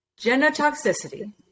genotoxicity